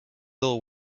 ill